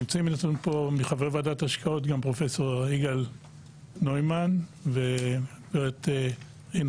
נמצאים איתנו פה מחברי ועדת ההשקעות גם פרופ' יגאל נוימן וגב' רינה